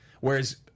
whereas